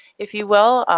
if you will.